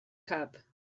cup